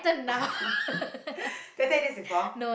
did I tell you this before